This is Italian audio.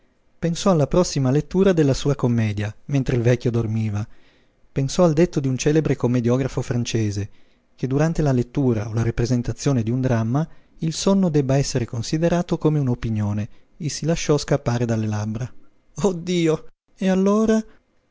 pensò alla prossima lettura della sua commedia mentre il vecchio dormiva pensò al detto di un celebre commediografo francese che durante la lettura o la rappresentazione d'un dramma il sonno debba esser considerato come un'opinione e si lasciò scappare dalle labbra oh dio e allora